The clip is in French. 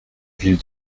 ville